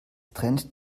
trennt